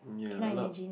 cannot imagine